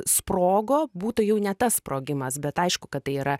sprogo būtų jau ne tas sprogimas bet aišku kad tai yra